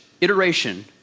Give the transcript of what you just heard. iteration